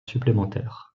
supplémentaires